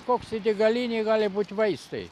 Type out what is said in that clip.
koksai degalinėje gali būti vaistai